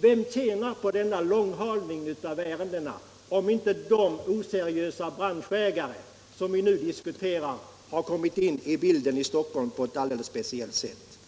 Vem tjänar på denna långhalning av ärendena om inte de oseriösa branschägare som nu kommit in i bilden i Stockholm på ett alldeles speciellt sätt?